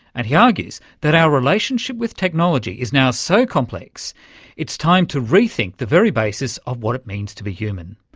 and he argues that our relationship with technology is now so complex it's time to rethink the very basis of what it means to be human,